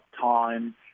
time